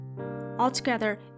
Altogether